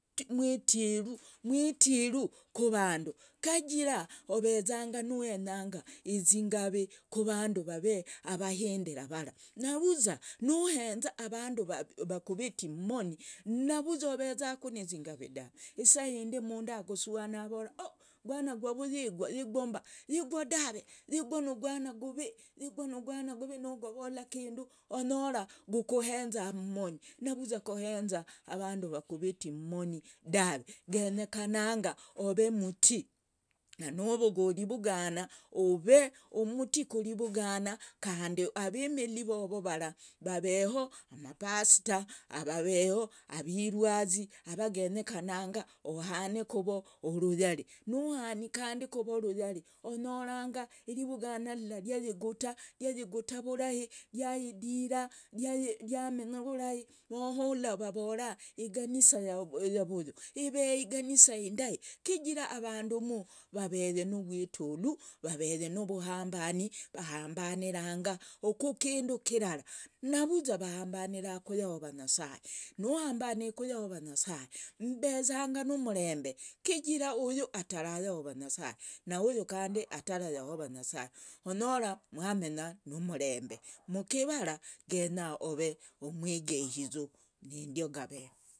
Mwitiru mwitiru kuvandu. kajira ovezanga nuwenyanga zingavi kuvandu vaveee. vave avahindira navuza nohenza avandu vakuviti mmoni. navuza ovezaku nizingavi dave. saindi umundu akusuhana avora oh gwana gwavuyigwo mba. yigwo dave. yigwo nugwana uguvi nogovola onyora gokohenza mmoni navuza nohenza avandu vakuti mmoni dave. genyekananga ove mtii nanuvuguu rivugana ove mtii kurivugana kandi avimili vovo vara vaveho na pasta. veyo mwirwazi, genyekananga kuvo uruyari nuhani kuvoo kandi uruyari onyoranga irivugana lla ryayiguta. ryayiguta vurahi ryadira. ryamenya vurahi. muhula avora iraganisa rya vuyu ive iganisa indahi kijira avandumu vaveye nuvwitulu vaveye nuvuhambani vahambaniranga kukindu kirara navuza vahambanira kuyahova nyasaye. nuhambanii kuyahova nyasaye mmbezanga numrembe kijira uyu atara yahova nyasaye nauyu kandi atara yahova nyasaye onyora mwamenya numrembe. mkivara genya ove umwegehizu nindio gave.